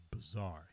bizarre